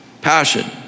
Passion